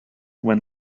when